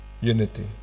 unity